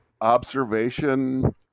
Observation